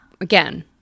again